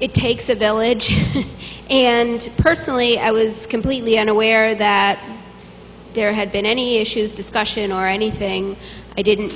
it takes a village and personally i was completely unaware that there had been any issues discussion or anything i didn't